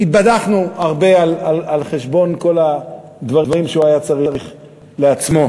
התבדחנו הרבה על חשבון כל הדברים שהוא היה צריך לעצמו,